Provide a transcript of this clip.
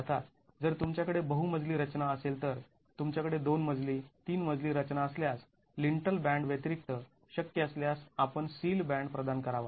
अर्थात जर तुमच्याकडे बहु मजली रचना असेल तर तुमच्याकडे दोन मजली तीन मजली रचना असल्यास लिन्टल बॅन्ड व्यतिरिक्त शक्य असल्यास आपण सील बॅन्ड प्रदान करावा